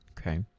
okay